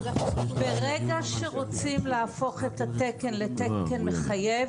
ברגע שרוצים להפוך את התקן למחייב,